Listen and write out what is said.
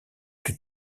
plus